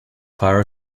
fire